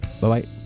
Bye-bye